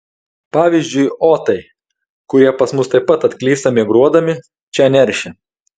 pavyzdžiui otai kurie pas mus taip pat atklysta migruodami čia neršia